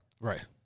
Right